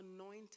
anointed